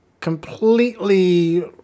completely